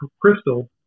Crystal